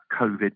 COVID